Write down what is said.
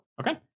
Okay